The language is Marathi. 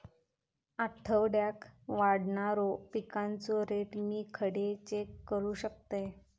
आठवड्याक वाढणारो पिकांचो रेट मी खडे चेक करू शकतय?